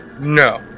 No